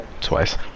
Twice